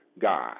God